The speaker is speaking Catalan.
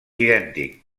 idèntic